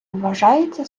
вважається